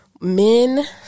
men